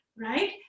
right